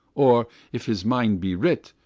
or, if his mind be writ,